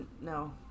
no